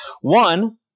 One